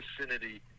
vicinity